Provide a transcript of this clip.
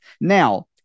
Now